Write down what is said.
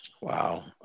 Wow